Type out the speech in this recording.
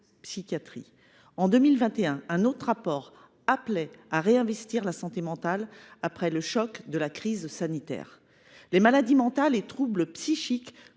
En 2021, un autre rapport appelait à réinvestir la santé mentale après le choc de la crise sanitaire. Les maladies mentales et troubles psychiques